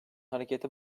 hareketi